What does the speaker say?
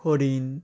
হরিণ